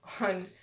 on